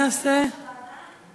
את מוזמנת לוועדת המדע.